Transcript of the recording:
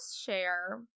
share